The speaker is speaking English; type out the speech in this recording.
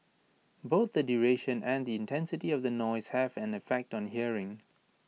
both the duration and the intensity of the noise have an effect on hearing